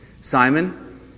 Simon